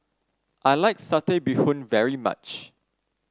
I like Satay Bee Hoon very much